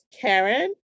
Karen